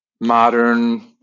modern